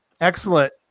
excellent